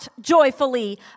joyfully